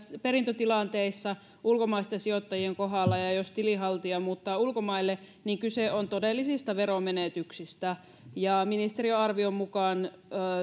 perintötilanteissa ulkomaisten sijoittajien kohdalla ja silloin jos tilinhaltija muuttaa ulkomaille kyse on todellisista veromenetyksistä ministeriön arvion mukaan